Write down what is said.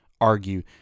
argue